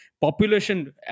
Population